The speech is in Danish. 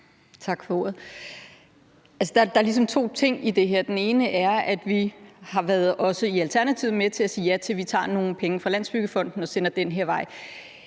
Der er ligesom to ting i det her. Den ene er, at vi også i Alternativet har været med til at sige ja til, at vi tager nogle penge fra Landsbyggefonden og sender den her vej.